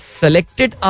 selected